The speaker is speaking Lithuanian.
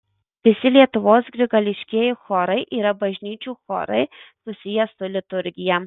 visi lietuvos grigališkieji chorai yra bažnyčių chorai susiję su liturgija